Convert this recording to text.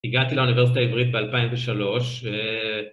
הגעתי לאוניברסיטה העברית ב-2003